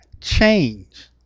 change